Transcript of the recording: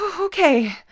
Okay